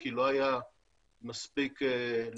כי לא היה מספיק היצע,